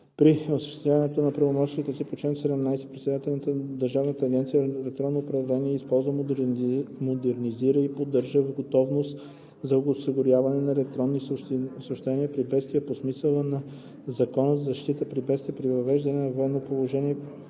При осъществяването на правомощията си по чл. 17 председателят на Държавна агенция „Електронно управление“ използва, модернизира и поддържа в готовност за осигуряване на електронни съобщения при бедствия по смисъла на Закона за защита при бедствия, при въвеждане на военно положение,